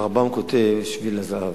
הרמב"ם כותב: "שביל הזהב".